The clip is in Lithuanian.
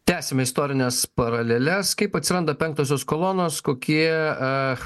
tęsiame istorines paraleles kaip atsiranda penktosios kolonos kokie